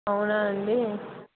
అవునా అండి